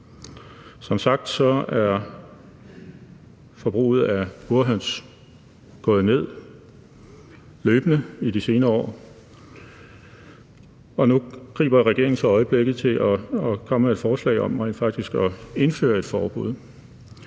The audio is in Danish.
Som sagt er forbruget af burhøns løbende gået ned i de senere år, og nu griber regeringen så øjeblikket til at komme med et forslag om rent faktisk at indføre et forbud,